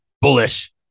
bullish